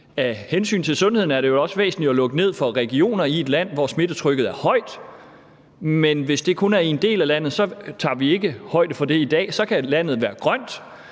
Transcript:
Af hensyn til sundheden er det væsentligt at lukke ned for regioner i et land, hvor smittetrykket er højt. Men hvis det kun er i en del af landet, tager vi ikke højde for det i dag. Så kan landet være grønt.